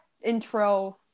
intro